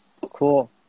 cool